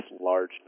large